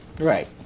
Right